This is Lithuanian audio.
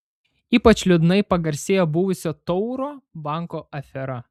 ypač liūdnai pagarsėjo buvusio tauro banko afera